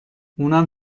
اونم